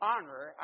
honor